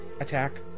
attack